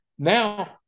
Now